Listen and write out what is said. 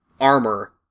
armor